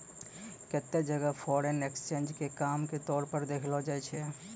केत्तै जगह foreign exchange के काम के तौर पर देखलो जाय छै